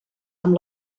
amb